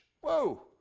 Whoa